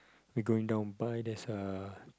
we going down by there's uh